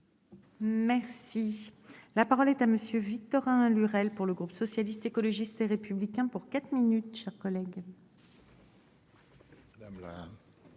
Merci. La parole est à Monsieur Victorin Lurel pour le groupe socialiste, écologiste et républicain pour quatre minutes, chers collègues. La là.